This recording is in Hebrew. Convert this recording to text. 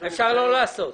אפשר לא לעשות.